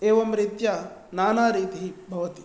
एवं रीत्या नाना रीतिः भवति